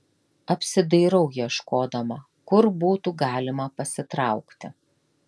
apsidairau ieškodama kur būtų galima pasitraukti